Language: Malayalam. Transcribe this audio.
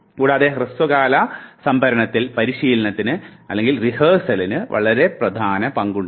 കൂടാതെ ഹ്രസ്വകാല സംഭരണത്തിൽ പരിശീലനത്തിന് വളരെ പ്രധാനപ്പെട്ട പങ്കുണ്ട്